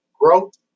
growth